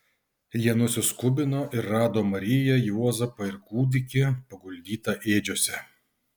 jie nusiskubino ir rado mariją juozapą ir kūdikį paguldytą ėdžiose